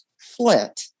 Flint